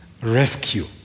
Rescue